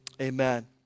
Amen